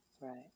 Right